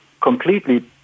completely